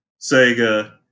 Sega